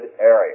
area